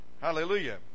Hallelujah